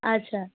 আচ্ছা